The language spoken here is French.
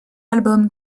album